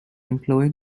employed